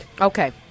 Okay